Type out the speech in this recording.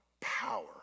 power